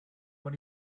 what